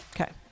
okay